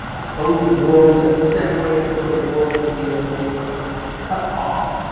a closed world that's separate from the world of the everyday, somehow cut off.